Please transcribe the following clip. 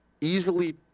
easily